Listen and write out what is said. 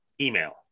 email